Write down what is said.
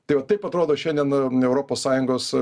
tai vat taip atrodo šiandien europos sąjungos